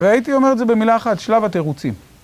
והייתי אומר את זה במילה אחת, שלב התירוצים.